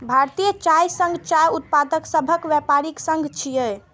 भारतीय चाय संघ चाय उत्पादक सभक व्यापारिक संघ छियै